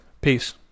Peace